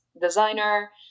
designer